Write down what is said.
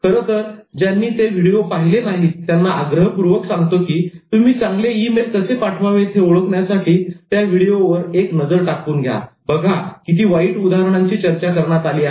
खरंतर ज्यांनी ते व्हिडीओ पाहिले नाहीत त्यांना आग्रहपूर्वक सांगतो की तुम्ही चांगले ई मेल कसे पाठवावेत हे ओळखण्यासाठी त्या व्हिडिओवर एक नजर टाकून घ्या बघा किती वाईट उदाहरणांची चर्चा करण्यात आली आहे